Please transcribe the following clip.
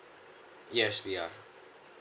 yes we are